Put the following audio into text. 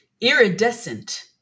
iridescent